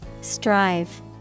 Strive